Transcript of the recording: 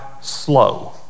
slow